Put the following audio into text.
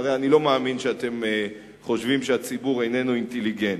והרי אני לא מאמין שאתם חושבים שהציבור איננו אינטליגנט.